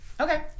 Okay